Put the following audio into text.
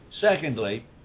Secondly